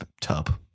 tub